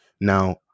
Now